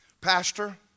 Pastor